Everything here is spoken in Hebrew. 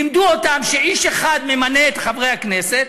לימדו אותם שאיש אחד ממנה את חברי הכנסת,